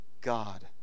God